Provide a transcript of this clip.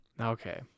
okay